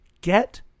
Get